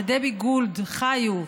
לדבי גולד-חיו,